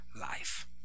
life